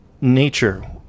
nature